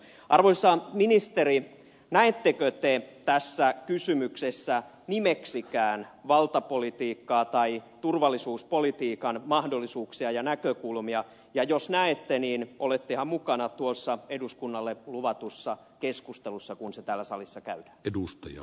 arvoisa ministeri näettekö te tässä kysymyksessä nimeksikään valtapolitiikkaa tai turvallisuuspolitiikan mahdollisuuksia ja näkökulmia ja jos näette niin olettehan mukana tuossa eduskunnalle luvatussa keskustelussa kun se täällä salissa käydään